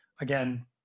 Again